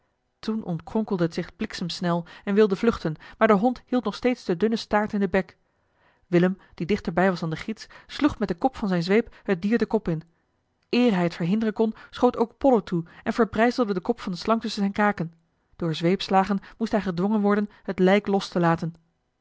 toen ontkron kelde het zich bliksemsnel en wilde vluchten maar de hond hield nog steeds den dunnen staart in den bek willem die dichter bij was dan de gids sloeg met den knop van zijne zweep het dier den kop in eer hij het verhinderen kon schoot ook pollo toe en verbrijzelde den kop van de slang tusschen zijne kaken door zweepslagen moest hij gedwongen worden het lijk los te laten